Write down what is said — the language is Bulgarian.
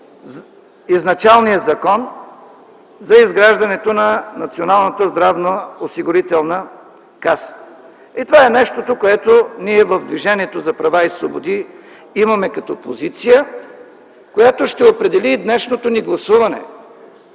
изначалния Закон за изграждането на Националната здравноосигурителна каса. Това е нещото, което ние в Движението за права и свободи имаме като позиция, която ще определи и днешното ни гласуване.